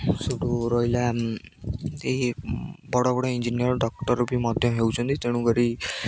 ସେଠୁ ରହିଲା ଏହି ବଡ଼ ବଡ଼ ଇଞ୍ଜିନିୟର ଡକ୍ଟର ବି ମଧ୍ୟ ହେଉଛନ୍ତି ତେଣୁକରି